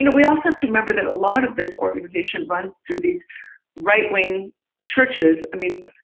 and we also have to remember that a lot of this organization runs through these right wing churches. i mean,